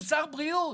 הוא שר בריאות.